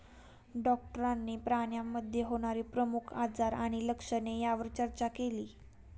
डॉक्टरांनी प्राण्यांमध्ये होणारे प्रमुख आजार आणि लक्षणे यावर चर्चा केली